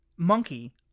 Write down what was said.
Monkey